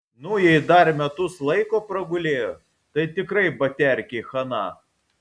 nu jei dar metus laiko pragulėjo tai tikrai baterkei chana